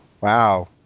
wow